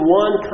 one